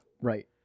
Right